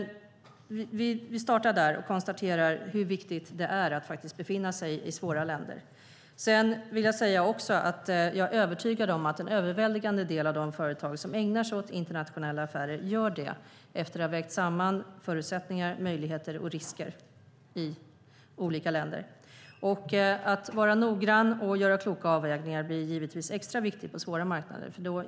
Vi startar där och konstaterar hur viktigt det är att befinna sig i svåra länder. Jag är övertygad om att en överväldigande del av de företag som ägnar sig åt internationella affärer gör det efter att ha vägt samman förutsättningar, möjligheter och risker i olika länder. Att vara noggrann och göra kloka avvägningar blir naturligtvis extra viktigt på svåra marknader.